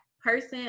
person